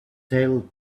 tell